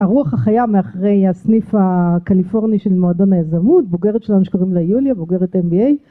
הרוח החיה מאחרי הסניף הקליפורני של מועדון היזמות, בוגרת שלנו שקוראים לה יוליה, בוגרת MBA